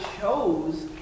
chose